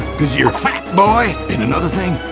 coz you're fat, boi. and another thing,